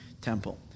temple